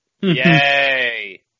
Yay